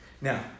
now